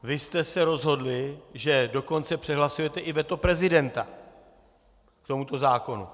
Vy jste se rozhodli, že dokonce přehlasujete i veto prezidenta k tomuto zákonu.